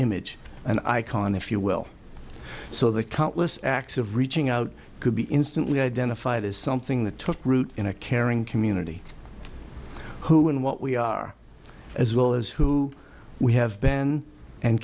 image and i can if you will so the countless acts of reaching out could be instantly identify this something that took root in a caring community who in what we are as well as who we have been and